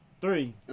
Three